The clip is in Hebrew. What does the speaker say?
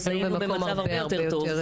אז היינו במצב הרבה יותר טוב.